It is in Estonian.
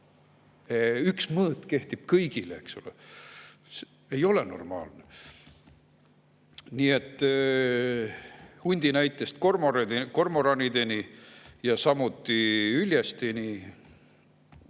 üks mõõt kehtib kõigile. Ei ole normaalne! Nii et hundi näitest kormoranide ja niisamuti hüljesteni